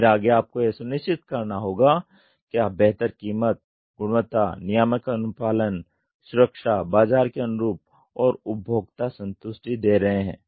फिर आगे आपको यह सुनिश्चित करना होगा कि आप बेहतर कीमत गुणवत्ता नियामक अनुपालन सुरक्षा बाज़ार के अनुरूप और उपभोक्ता संतुष्टि दे रहे हैं